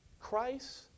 Christ